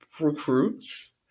recruits